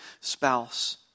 spouse